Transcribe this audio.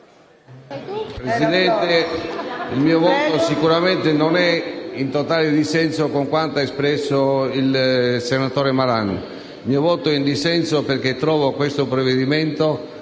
Presidente, il mio voto sicuramente non è in totale dissenso con quanto ha detto il senatore Malan. Il mio voto è in dissenso, perché considero questo provvedimento